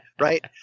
right